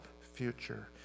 future